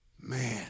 Man